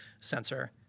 sensor